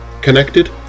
connected